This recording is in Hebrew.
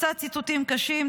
קצת ציטוטים קשים,